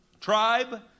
Tribe